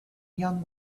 young